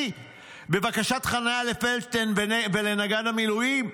בבקשת חנינה לפלדשטיין ולנגד המילואים.